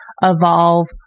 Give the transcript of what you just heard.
evolve